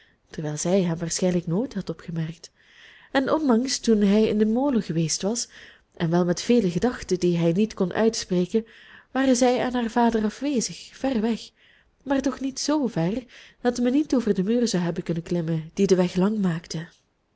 terwijl zij hem waarschijnlijk nooit had opgemerkt en onlangs toen hij in den molen geweest was en wel met vele gedachten die hij niet kon uitspreken waren zij en haar vader afwezig ver weg maar toch niet zoover dat men niet over den muur zou hebben kunnen klimmen die den weg lang maakte